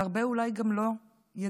והרבה אולי גם לא ידברו.